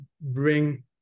bring